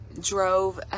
drove